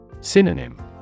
Synonym